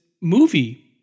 movie